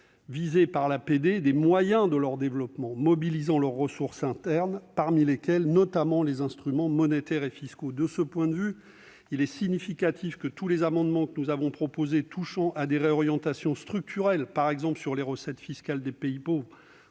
visés par l'APD des moyens de leur développement et par la mobilisation de leurs ressources internes, parmi lesquelles figurent notamment les instruments monétaires et fiscaux. De ce point de vue, il est significatif que tous les amendements que nous avons proposés visant à des réorientations structurelles, par exemple sur les recettes fiscales des pays pauvres